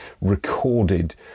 recorded